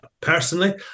Personally